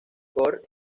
rigor